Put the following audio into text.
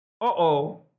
uh-oh